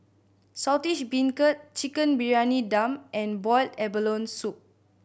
Saltish Beancurd Chicken Briyani Dum and boiled abalone soup